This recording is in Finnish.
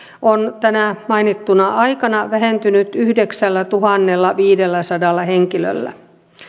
on tänä mainittuna aikana vähentynyt yhdeksällätuhannellaviidelläsadalla henkilöllä